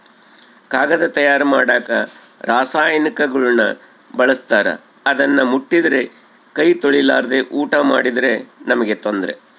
ಕಾಗದ ತಯಾರ ಮಾಡಕ ರಾಸಾಯನಿಕಗುಳ್ನ ಬಳಸ್ತಾರ ಅದನ್ನ ಮುಟ್ಟಿದ್ರೆ ಕೈ ತೊಳೆರ್ಲಾದೆ ಊಟ ಮಾಡಿದ್ರೆ ನಮ್ಗೆ ತೊಂದ್ರೆ